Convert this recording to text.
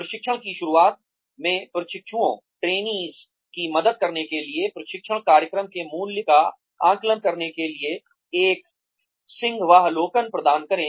प्रशिक्षण की शुरुआत में प्रशिक्षुओं की मदद करने के लिए प्रशिक्षण कार्यक्रम के मूल्य का आकलन करने के लिए एक सिंहावलोकन प्रदान करें